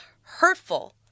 hurtful